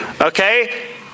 Okay